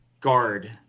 guard